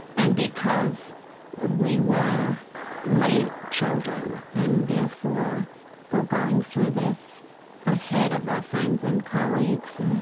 and because ah we were late children and therefore were going through this ahead of our friends and colleagues,